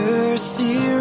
mercy